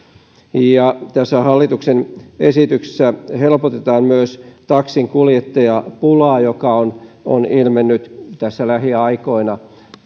tässä hallituksen esityksessä helpotetaan myös taksinkuljettajapulaa joka on on ilmennyt tässä lähiaikoina